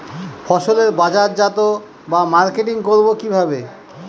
ফসলের বাজারজাত বা মার্কেটিং করব কিভাবে?